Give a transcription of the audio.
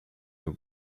you